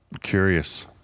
Curious